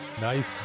nice